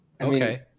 Okay